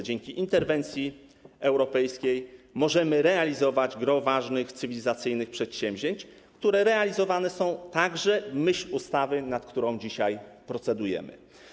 Dzięki interwencji europejskiej możemy realizować gros ważnych cywilizacyjnych przedsięwzięć, które są także realizowane w myśl ustawy, nad którą dzisiaj procedujemy.